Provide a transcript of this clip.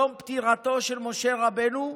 יום פטירתו של משה רבנו,